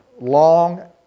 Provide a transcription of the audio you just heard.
long